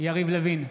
יריב לוין,